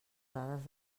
dades